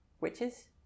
Witches